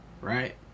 right